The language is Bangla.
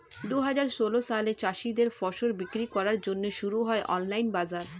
দুহাজার ষোল সালে চাষীদের ফসল বিক্রি করার জন্যে শুরু হয় অনলাইন বাজার